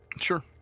Sure